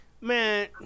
man